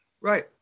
Right